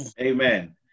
Amen